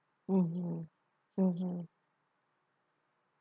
mmhmm mmhmm